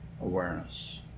awareness